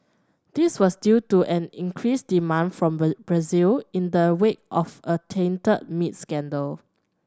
this was due to an increased demand from Brazil in the wake of a tainted meat scandal